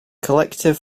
collective